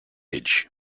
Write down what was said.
age